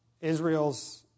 Israel's